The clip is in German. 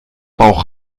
bauch